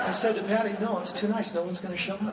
and said to patty, no, it's too nice, no one's gonna show up,